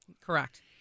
Correct